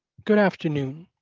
good afternoon,